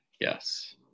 yes